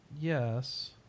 Yes